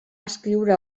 escriure